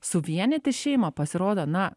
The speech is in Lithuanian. suvienyti šeimą pasirodo na